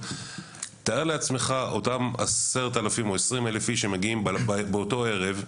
תתאר לך את אותם 10 אלפים או 29 אלף איש שמגיעים באותו ערב,